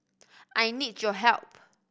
I need your help